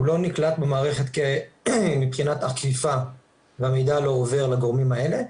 הוא לא נקלט במערכת מבחינת אכיפה והמידע לא עובר לגורמים האלה,